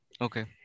Okay